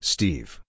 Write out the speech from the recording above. Steve